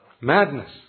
Madness